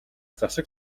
засаг